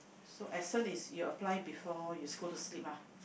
so essence is you apply before you should go to sleep lah